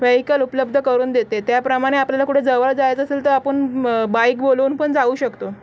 vehicle उपलब्ध करून देते त्याप्रमाणे आपल्याला कुठे जवळ जायचं असेल तर आपण बाईक बोलवून पण जाऊ शकतो